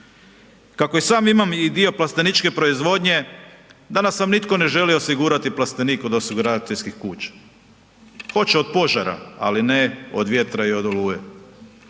Kako i sam imam i dio plasteničke proizvodnje, danas vam nitko ne želi osigurati plastenik od osiguravateljskih kuća, hoće od požara, ali ne od vjetra i od oluje.